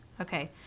Okay